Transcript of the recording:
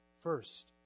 First